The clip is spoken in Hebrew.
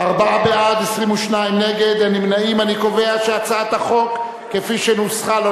להסיר מסדר-היום את הצעת חוק איסור הכחשת השואה (תיקון,